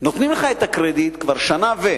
נותנים לך את הקרדיט כבר שנה ו-,